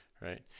right